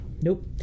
Nope